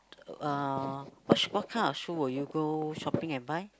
uh what kind of shoe will you go shopping and buy